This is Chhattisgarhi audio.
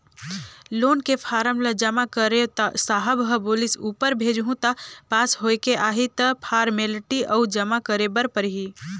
लोन के फारम ल जमा करेंव त साहब ह बोलिस ऊपर भेजहूँ त पास होयके आही त फारमेलटी अउ जमा करे बर परही